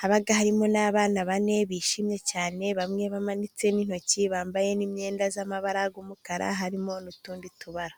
haba harimo n'abana bane bishimye cyane bamwe bamanitse n'intoki bambaye imyenda z'amabara y'umukara harimo n'utundi tubara.